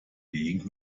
being